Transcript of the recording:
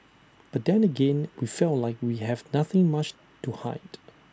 but then again we felt like we have nothing much to hide